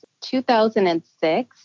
2006